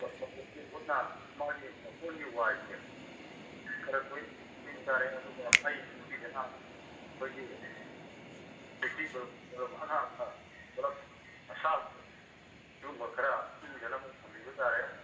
ꯃꯥꯒꯤ ꯃꯀꯣꯟꯒꯤ ꯋꯥꯏꯁꯦ ꯈꯔ ꯇꯣꯏꯅ ꯁꯦꯡꯇꯣꯛꯄꯤꯕ ꯇꯥꯔꯦ ꯑꯗꯨꯒ ꯃꯩ ꯅꯤꯡꯊꯤꯖꯅ ꯑꯩꯈꯣꯏꯒꯤ ꯁꯤꯛꯁꯇꯤ ꯕꯂꯞ ꯕꯂꯞ ꯑꯉꯥꯟꯕ ꯕꯂꯞ ꯑꯁꯥꯕꯗꯣ ꯑꯗꯨꯒꯨꯝꯕ ꯈꯔ ꯏꯪꯗꯅꯕ ꯊꯝꯕꯤꯕ ꯇꯥꯔꯦ